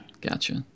Gotcha